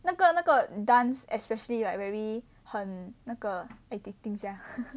那个那个 dance especially like very 很那个 addicting sia